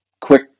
quick